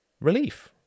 relief